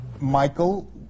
Michael